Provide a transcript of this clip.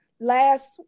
Last